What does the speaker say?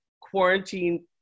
quarantine